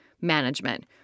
management